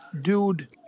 dude